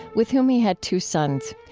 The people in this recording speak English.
with whom he had two sons.